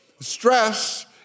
Stress